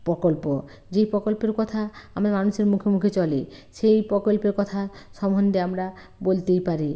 প্রকল্প যেই প্রকল্পের কথা আমাদের মানুষের মুখে মুখে চলে সেই প্রকল্পের কথা সম্বন্ধে আমরা বলতেই পারি